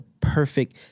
perfect